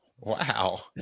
Wow